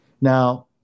Now